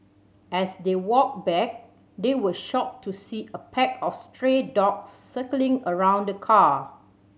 as they walked back they were shocked to see a pack of stray dogs circling around the car